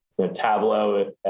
Tableau